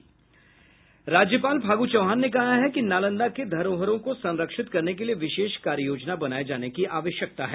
राज्यपाल फागू चौहान ने कहा है कि नालंदा के धरोहरों को संरक्षित करने के लिए विशेष कार्ययोजना बनाए जाने की आवश्यकता है